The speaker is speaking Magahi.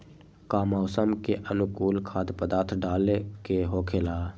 का मौसम के अनुकूल खाद्य पदार्थ डाले के होखेला?